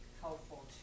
helpful